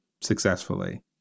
successfully